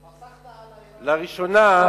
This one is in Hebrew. באל"ף,